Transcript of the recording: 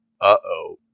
uh-oh